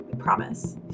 promise